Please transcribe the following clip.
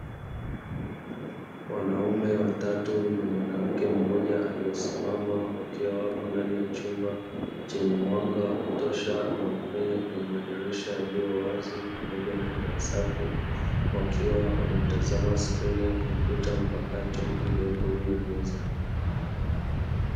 Wanaume watatu na mwanamke mmoja, aliyesimama wakiwa wapo ndani ya chumba, chenye mwanga wa kutosha, unaopenya kwenye madirisha yaliyo wazi pamoja na hewa safi. Wakiwa wanatazama skrini ya kompyuta mpakato, iliyopo juu ya meza.